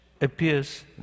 appears